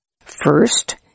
First